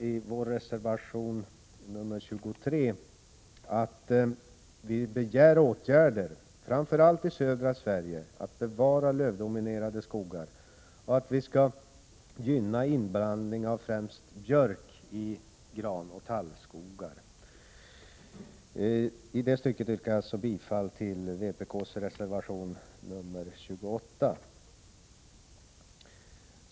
I vår reservation 23 begär vi åtgärder framför allt i södra Sverige för att bevara lövdominerade skogar och att man skall gynna inblandning av främst björk i granoch tallskogar. I det stycket yrkar jag alltså bifall till vpk:s reservation nr 28.